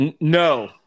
no